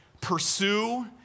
Pursue